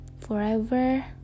Forever